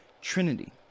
Trinity